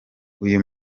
uyu